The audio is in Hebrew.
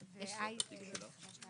אני אזכיר על קצה המזלג.